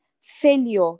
failure